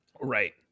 right